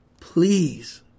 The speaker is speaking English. please